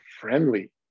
friendly